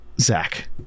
Zach